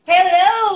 Hello